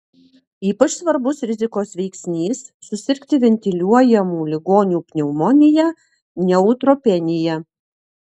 ypač svarbus rizikos veiksnys susirgti ventiliuojamų ligonių pneumonija neutropenija